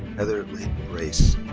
heather lynn brace.